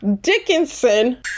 Dickinson